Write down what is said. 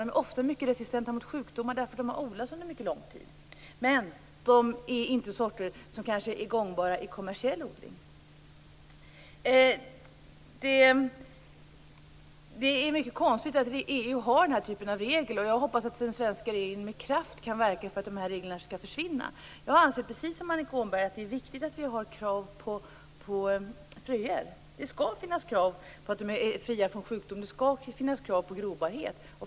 De är ofta mycket resistenta mot sjukdomar eftersom de har odlats under mycket lång tid. Men de är inte sorter som kanske är gångbara i kommersiell odling. Det är mycket konstigt att vi i EU har den här typen av regler. Jag hoppas att den svenska regeringen med kraft kan verka för att reglerna skall försvinna. Jag anser precis som Annika Åhnberg att det är viktigt att vi har krav på fröer. Det skall finnas krav på att de är fria från sjukdom och krav på grobarhet.